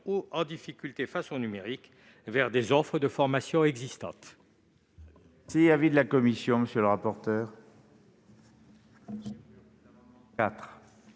en difficulté face au numérique vers des offres de formation existantes.